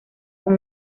con